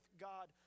God